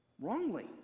Wrongly